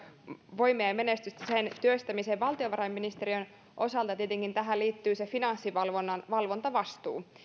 voimia ja ja menestystä sen työstämiseen valtiovarainministeriön osalta tietenkin tähän liittyy finanssivalvonnan valvontavastuu